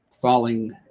falling